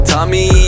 Tommy